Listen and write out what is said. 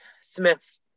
Smith